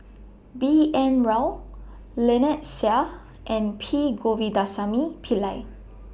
B N Rao Lynnette Seah and P Govindasamy Pillai